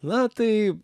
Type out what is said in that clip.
na tai